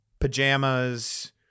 pajamas